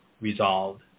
resolved